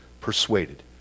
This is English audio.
persuaded